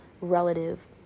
relative